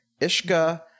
Ishka